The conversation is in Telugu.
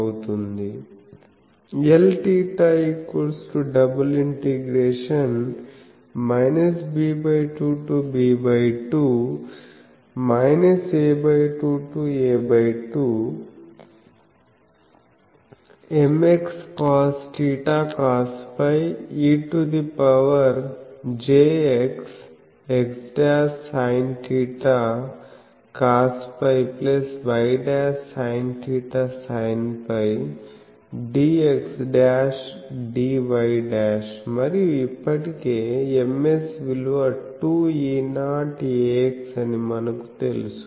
అవుతుంది Lθ∬ b2 to b2 a2 to a2Mxcosθ cosφe to the power jkx'sinθ cosφy'sinθ sinφdx'dy' మరియు ఇప్పటికే MS విలువ 2E0ax అని మనకు తెలుసు